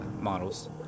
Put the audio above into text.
models